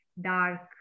dark